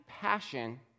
passion